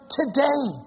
today